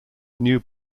new